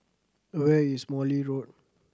where is Morley Road